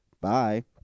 bye